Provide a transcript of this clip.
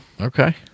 Okay